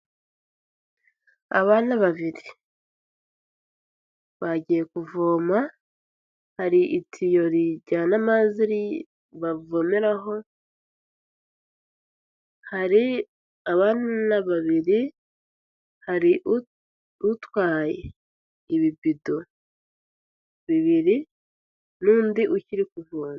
Abana babiri bagiye kuvoma, hari itiyo rijyana amazi ribavomeraho, hari abana babiri, hari utwaye ibibido bibiri n'undi ukiri kuvoma.